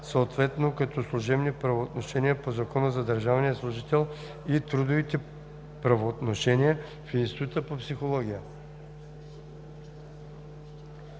съответно като служебни правоотношения по Закона за държавния служител и трудови правоотношения в Института по психология.“